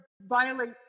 violate